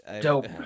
Dope